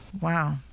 Wow